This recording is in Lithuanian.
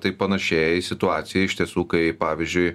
tai panašėja į situaciją iš tiesų kai pavyzdžiui